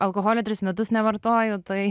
alkoholio tris metus nevartoju tai